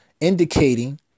indicating